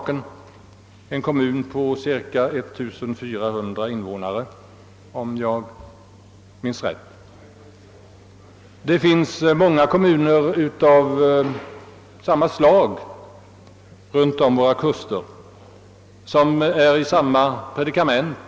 Det är en kommun med cirka 1 400 invånare, om jag minns rätt. Det finns många kommuner av detta slag runt våra kuster, som är i samma predikament.